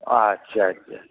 আচ্ছা আচ্ছা